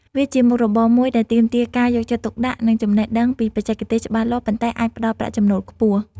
វាជាមុខរបរមួយដែលទាមទារការយកចិត្តទុកដាក់ និងចំណេះដឹងពីបច្ចេកទេសច្បាស់លាស់ ប៉ុន្តែអាចផ្តល់ប្រាក់ចំណូលខ្ពស់។